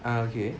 ah okay